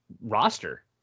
roster